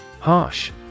Harsh